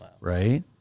right